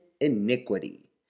iniquity